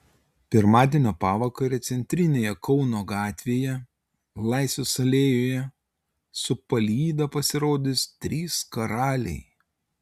pirmadienio pavakarę centrinėje kauno gatvėje laisvės alėjoje su palyda pasirodys trys karaliai